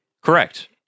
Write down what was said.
Correct